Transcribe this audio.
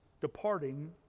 departing